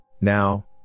Now